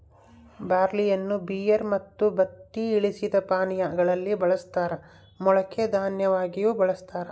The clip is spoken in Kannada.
ಬಾರ್ಲಿಯನ್ನು ಬಿಯರ್ ಮತ್ತು ಬತ್ತಿ ಇಳಿಸಿದ ಪಾನೀಯಾ ಗಳಲ್ಲಿ ಬಳಸ್ತಾರ ಮೊಳಕೆ ದನ್ಯವಾಗಿಯೂ ಬಳಸ್ತಾರ